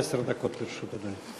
עד עשר דקות לרשות אדוני.